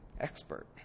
Expert